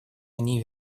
они